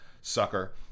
sucker